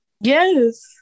Yes